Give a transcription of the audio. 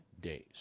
days